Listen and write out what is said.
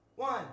One